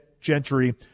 Gentry